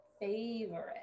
favorite